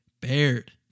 Baird